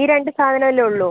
ഈ രണ്ടു സാധനം അല്ലേ ഉള്ളൂ